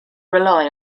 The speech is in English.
rely